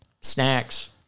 snacks